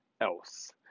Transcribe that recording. else